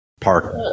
park